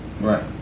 Right